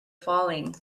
falling